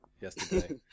yesterday